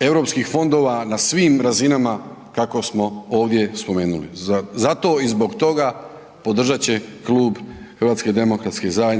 europskih fondova na svim razinama kako smo ovdje spomenuli. Zato i zbog toga podržati će klub HDZ-a